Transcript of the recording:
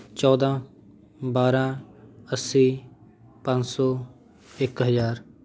ਚੌਦਾਂ ਬਾਰਾਂ ਅੱਸੀ ਪੰਜ ਸੌ ਇੱਕ ਹਜ਼ਾਰ